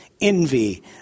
envy